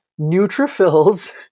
neutrophils